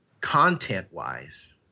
content-wise